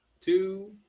two